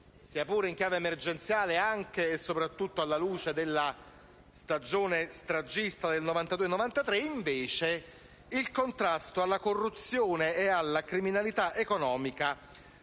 sia pure in chiave emergenziale, anche e soprattutto alla luce della stagione stragista del 1992-1993, il contrasto alla corruzione e alla criminalità economica,